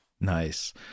Nice